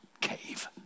cave